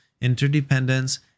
interdependence